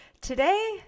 Today